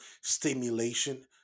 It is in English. stimulation